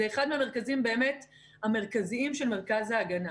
זה אחד המרכזים המרכזיים של מרכז ההגנה.